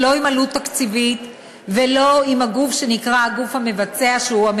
חברי באופוזיציה וגם חברי בקואליציה.